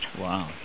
Wow